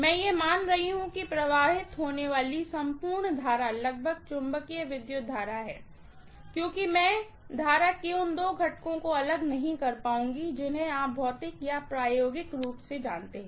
मैं यह मान रहा हूं कि प्रवाहित होने वाली संपूर्ण करंट लगभग मैग्नेटाज़िंग विद्युत करंट है क्योंकि मैं करंट के उन दो घटकों को अलग नहीं कर पाऊँगी जिन्हें आप भौतिक या प्रायोगिक रूप से जानते हैं